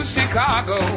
Chicago